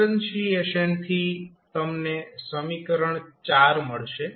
ડિફરન્શિએશનથી તમને સમીકરણ મળશે